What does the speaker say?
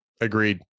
Agreed